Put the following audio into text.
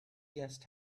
guest